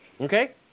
Okay